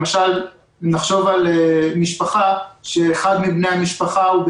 למשל אם נחשוב על משפחה שאחד מבני המשפחה נמצא